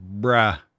Bruh